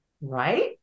right